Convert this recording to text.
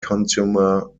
consumer